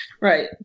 right